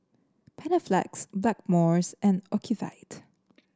Panaflex Blackmores and Ocuvite